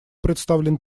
представлен